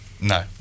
No